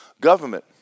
government